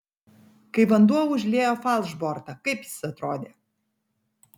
kai vanduo užliejo falšbortą kaip jis atrodė